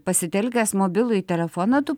pasitelkęs mobilųjį telefoną tu